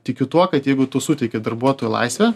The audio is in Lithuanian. tikiu tuo kad jeigu tu suteiki darbuotojui laisvę